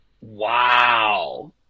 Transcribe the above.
Wow